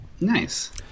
Nice